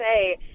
say